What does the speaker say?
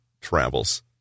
travels